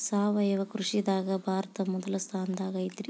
ಸಾವಯವ ಕೃಷಿದಾಗ ಭಾರತ ಮೊದಲ ಸ್ಥಾನದಾಗ ಐತ್ರಿ